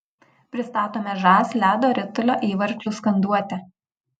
pristatome žas ledo ritulio įvarčių skanduotę